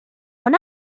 when